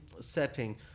setting